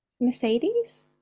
Mercedes